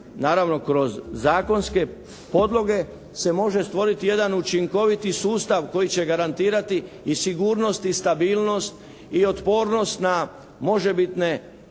naravno kroz zakonske podloge se može stvoriti jedan učinkoviti sustav koji će garantirati i sigurnost i stabilnost i otpornost na može bitne